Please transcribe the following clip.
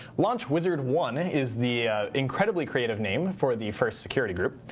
launch wizard one is the incredibly creative name for the first security group.